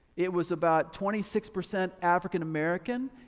it was about twenty six percent african-american,